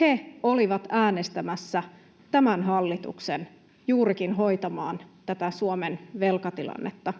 He olivat äänestämässä tämän hallituksen juurikin hoitamaan tätä Suomen velkatilannetta.